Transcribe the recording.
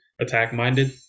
attack-minded